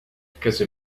because